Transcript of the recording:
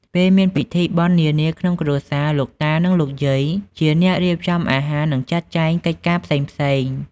ពេលមានពិធីបុណ្យនានាក្នុងគ្រួសារ លោកតា និងលោកយាយជាអ្នករៀបចំអាហារ និងចាត់ចែងកិច្ចការផ្សេងៗ។